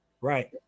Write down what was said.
Right